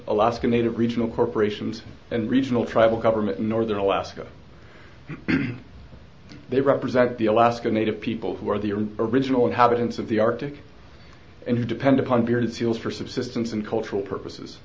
alaska native regional corporations and regional tribal government in northern alaska they represent the alaska native people who are the original inhabitants of the arctic and who depend upon bearded seals for subsistence and cultural purposes